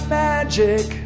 magic